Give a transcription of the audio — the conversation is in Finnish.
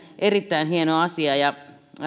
erittäin hieno asia